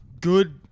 good